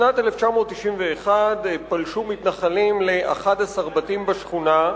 בשנת 1991 פלשו מתנחלים ל-11 בתים בשכונה,